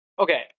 Okay